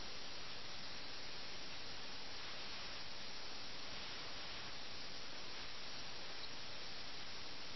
വീണ്ടും ഈ സമാധാനം വിലമതിക്കേണ്ടതില്ല ഈ സമാധാനം പ്രശംസനീയമല്ല